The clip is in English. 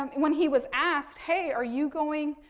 um and when he was asked, hey, are you going,